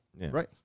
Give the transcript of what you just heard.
right